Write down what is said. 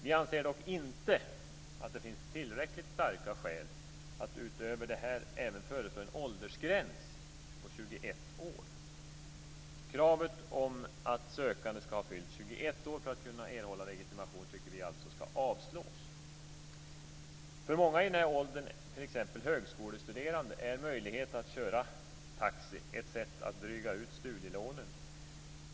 Vi anser dock inte att det finns tillräckligt starka skäl att utöver detta även föreslå en åldersgräns på 21 år. Det förslag där man kräver att sökanden skall ha fyllt 21 år för att kunna erhålla legitimation tycker vi alltså skall avslås. För många i den åldern, t.ex. för högskolestuderande, är möjligheten att köra taxi ett sätt att dryga ut studielånen.